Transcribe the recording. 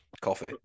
coffee